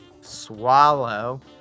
Swallow